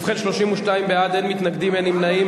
ובכן, 32 בעד, אין מתנגדים, אין נמנעים.